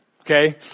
okay